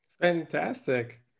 Fantastic